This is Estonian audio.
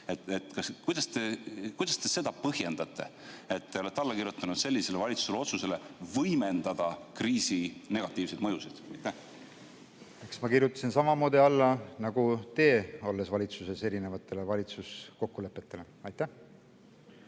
Kuidas te seda põhjendate, et te olete alla kirjutanud valitsuse otsusele võimendada kriisi negatiivseid mõjusid? Eks ma kirjutasin samamoodi alla nagu teie, olles valitsuses, [kirjutasite alla] erinevatele valitsuskokkulepetele. Eks